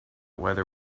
whether